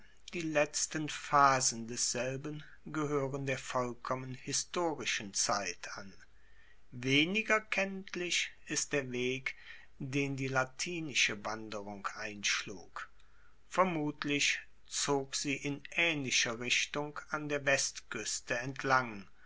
die letzten phasen desselben gehoeren der vollkommen historischen zeit an weniger kenntlich ist der weg den die latinische wanderung einschlug vermutlich zog sie in aehnlicher richtung an der westkueste entlang